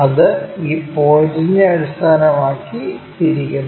ഇത് ഈ പോയിന്റിനെ അടിസ്ഥാനമാക്കി അത് തിരിക്കുന്നു